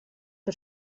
que